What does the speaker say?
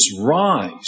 rise